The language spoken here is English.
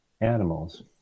animals